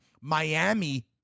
Miami